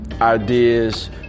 ideas